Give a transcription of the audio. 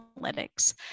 analytics